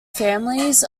families